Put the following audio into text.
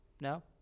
No